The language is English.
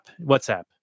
whatsapp